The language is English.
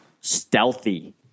stealthy